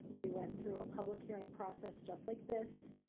we went through a public hearing process just like this,